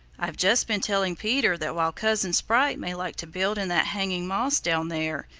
i've just been telling peter that while cousin sprite may like to build in that hanging moss down there,